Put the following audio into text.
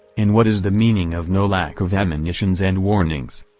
and what is the meaning of no lack of admonitions and warnings?